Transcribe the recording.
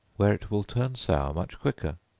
where it will turn sour much quicker.